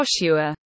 Joshua